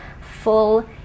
full